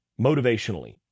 motivationally